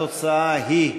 התוצאה היא: